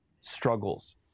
struggles